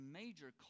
major